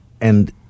And-